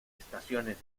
estaciones